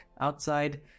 outside